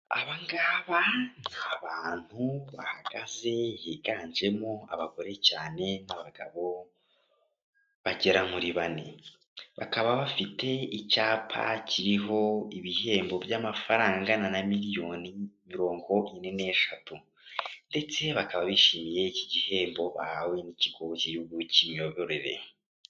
Abangaba ni abantu bahagaze higanjemo abagore cyane n'abagabo bagera muri bane, bakaba bafite icyapa kiriho ibihembo by'amafaranga angana na miliyoni mirongo ine n'eshatu, ndetse bakaba bishimiye iki gihembo bahawe n'ikigo cy'igihugu cy'imiyoborere.